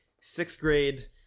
sixth-grade